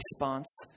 response